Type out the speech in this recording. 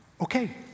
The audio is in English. Okay